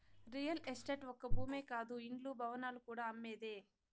real estate ఒక్క భూమే కాదు ఇండ్లు, భవనాలు కూడా అమ్మేదే